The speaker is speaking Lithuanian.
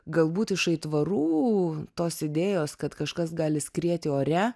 galbūt iš aitvarų tos idėjos kad kažkas gali skrieti ore